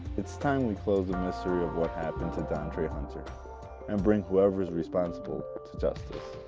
it's time we close the mystery of what happened to dontray hunter and bring whoever is responsible to justice.